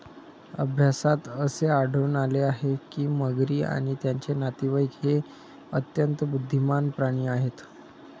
अभ्यासात असे आढळून आले आहे की मगरी आणि त्यांचे नातेवाईक हे अत्यंत बुद्धिमान प्राणी आहेत